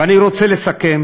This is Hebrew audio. ואני רוצה לסכם